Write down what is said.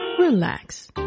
Relax